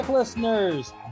Listeners